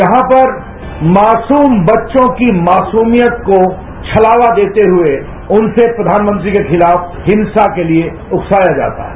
जहां पर मासूम बच्चों की मासूमियत को छलावा देते हुए उनसे प्रधानमंत्री के खिलाफ हिंसा के लिए उकसाया जाता है